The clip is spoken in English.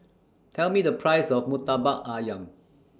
Tell Me The Price of Murtabak Ayam